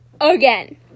Again